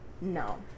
no